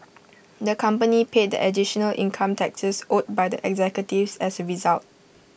the company paid the additional income taxes owed by the executives as A result